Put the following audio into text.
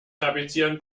tapezieren